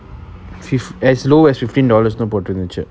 fifth as low as fifteen dollars தான் போட்டு இருந்துச்சி:than pottu irunthuchi